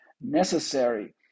necessary